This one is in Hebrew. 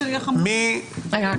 רגע,